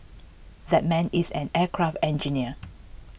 that man is an aircraft engineer